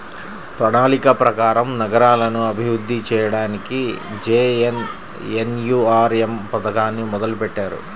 ప్రణాళిక ప్రకారం నగరాలను అభివృద్ధి చెయ్యడానికి జేఎన్ఎన్యూఆర్ఎమ్ పథకాన్ని మొదలుబెట్టారు